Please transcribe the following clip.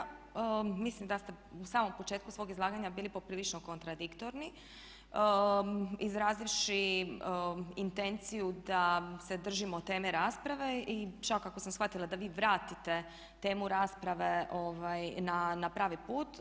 Poštovani kolega mislim da ste na samom početku svog izlaganja bili poprilično kontradiktorni izrazivši intenciju da se držimo teme rasprave i čak ako sam shvatila da vi vratite temu rasprave na pravi put.